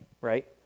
right